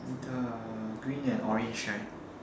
the green and orange right